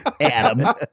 Adam